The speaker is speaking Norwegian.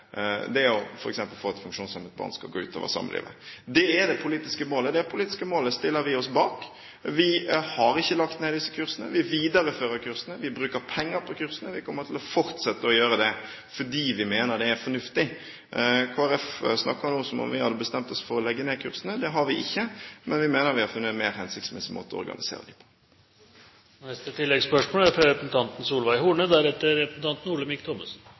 skal gå ut over samlivet. Det er det politiske målet, og det politiske målet stiller vi oss bak. Vi har ikke lagt ned disse kursene; vi viderefører kursene, vi bruker penger på kursene, og vi kommer til å fortsette å gjøre det fordi vi mener det er fornuftig. Kristelig Folkeparti snakker nå som om vi hadde bestemt oss for å legge ned kursene. Det har vi ikke, men vi mener vi har funnet en mer hensiktsmessig måte å organisere dem på. Solveig Horne – til oppfølgingsspørsmål. Det er